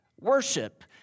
Worship